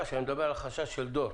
אני מדבר על החשש של דור.